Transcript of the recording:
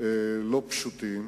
לא פשוטים.